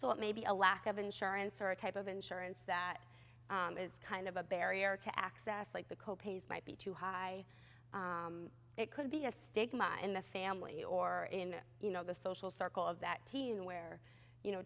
so it may be a lack of insurance or a type of insurance that is kind of a barrier to access like the co pays might be too high it could be a stigma in the family or in you know the social circle of that teen where you know